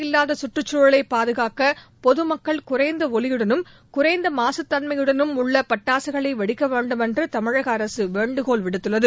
இல்லாத கற்றச்சூழலை பாதுகாக்க பொதுமக்கள் குறைந்த ஒலியுடனும் குறைந்த மாக மாசுத்தன்மையுடனும் உள்ள பட்டாசுகளை வெடிக்க வேண்டுமென்ற தமிழக அரசு வேண்டுகோள் விடுத்துள்ளது